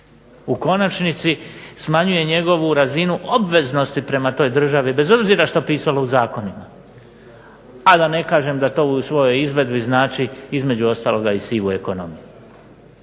U konačnici smanjuje njegovu razinu obveznosti prema toj državi, bez obzira što pisalo u zakonima, a da ne kažem da to u svojoj izvedbi znači između ostaloga i sivu ekonomiju.